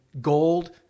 gold